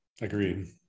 Agreed